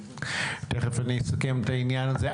תכף אני אסכם את העניין הזה.